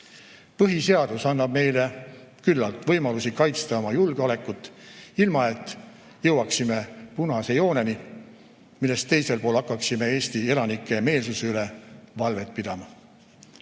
Põhiseadus annab meile küllalt võimalusi kaitsta oma julgeolekut, ilma et jõuaksime punase jooneni, millest teisel pool hakkaksime Eesti elanike meelsuse üle valvet pidama.